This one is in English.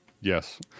Yes